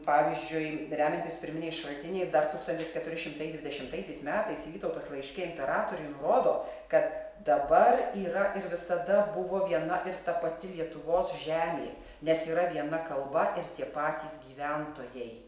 pavyzdžiui remiantis pirminiais šaltiniais dar tūkstantis keturi šimtai dvidešimtaisiais metais vytautas laiške imperatoriui nurodo kad dabar yra ir visada buvo viena ir ta pati lietuvos žemė nes yra viena kalba ir tie patys gyventojai